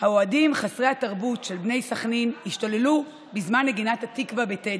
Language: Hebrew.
"האוהדים חסרי התרבות של בני סח'נין השתוללו בזמן נגינת 'התקווה' בטדי,